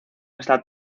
esta